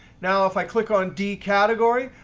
now if i click on d category,